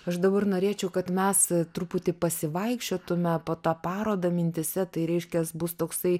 aš dabar norėčiau kad mes truputį pasivaikščiotume po tą parodą mintyse tai reiškias bus toksai